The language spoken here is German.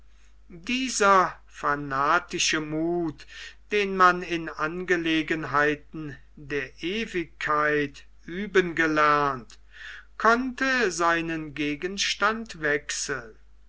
dieser fanatische muth den man in angelegenheiten der ewigkeit üben gelernt konnte seinen gegenstand wechseln